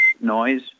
noise